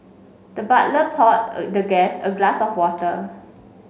the butler poured the guest a glass of water